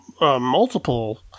multiple